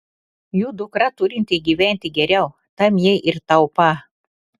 jų dukra turinti gyventi geriau tam jie ir taupą